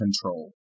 control